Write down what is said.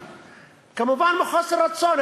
כמובן בחוסר רצון,